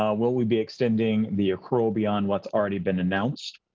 um will we be extending the accrual beyond what's already been announced?